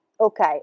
Okay